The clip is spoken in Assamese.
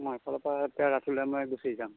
মই এইফালৰ পৰা তেতিয়া ৰাতুলে ময়ে গুচি যাম